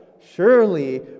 surely